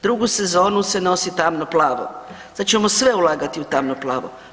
Drugu sezonu se nosi tamnoplavo, sad ćemo sve ulagati u tamnoplavo.